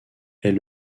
est